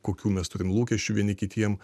kokių mes turim lūkesčių vieni kitiem